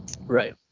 right